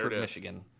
Michigan